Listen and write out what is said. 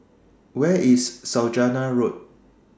Where IS Saujana Road